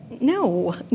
No